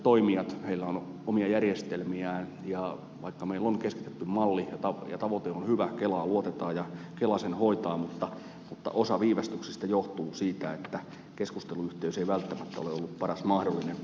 yksityisillä toimijoilla on omia järjestelmiään ja vaikka meillä on keskitetty malli ja tavoite on hyvä kelaan luotetaan ja kela sen hoitaa osa viivästyksestä johtuu siitä että keskusteluyhteys ei välttämättä ole ollut paras mahdollinen